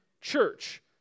church